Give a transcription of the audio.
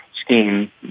scheme